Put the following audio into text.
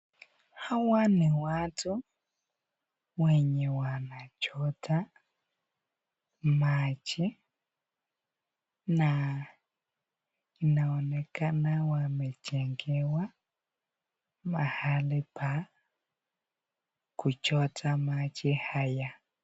Hawa ni watu wenye wanachota maji na inaonekana wamejengewa mahali pa kuchota maji haya.